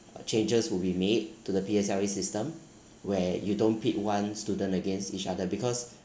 changes would be made to the P_S_L_E system where you don't pit one student against each other because